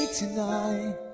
tonight